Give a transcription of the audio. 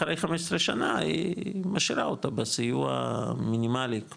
אחרי 15 שנה, היא משאירה אותה בסיוע מינימלי,